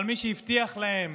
אבל מי שהבטיח להם